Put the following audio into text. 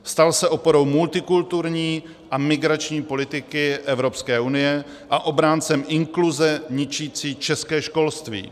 Stal se oporou multikulturní a migrační politiky Evropské unie a obráncem inkluze ničící české školství.